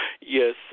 Yes